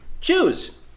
Choose